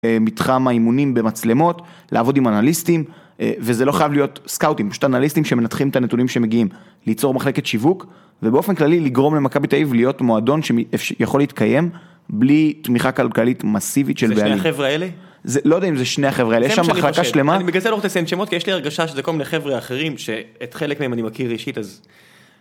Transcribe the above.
מתחם האימונים במצלמות, לעבוד עם אנליסטים וזה לא חייב להיות סקאוטים, פשוט אנליסטים שמנתחים את הנתונים שמגיעים ליצור מחלקת שיווק ובאופן כללי לגרום למכבי תאיב להיות מועדון שיכול להתקיים בלי תמיכה כלכלית מסיבית של הבעלים. זה שני החברה האלה? לא יודע אם זה שני החברה האלה, יש שם מחלקה שלמה. בגלל זה אני לא מתעסק עם שמות יש לי הרגשה שזה כל מיני חבר'ה אחרים שאת חלק מהם אני מכיר אישית, אז...